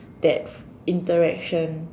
that interaction